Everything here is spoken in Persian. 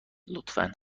لطفا